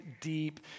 deep